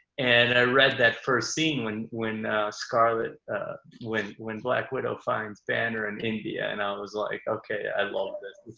and i read that first scene when when scarlett when when black widow finds banner in india and i was like, okay, i love this.